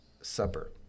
Supper